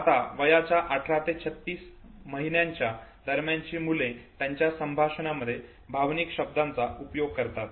आता वयाच्या 18 ते 36 महिन्यांच्या दरम्यानची मुले त्यांच्या संभाषणामध्ये भावनिक शब्दांचा उपयोग करतात